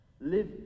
Live